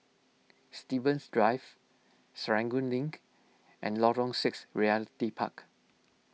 Stevens Drive Serangoon Link and Lorong six Realty Park